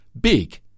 big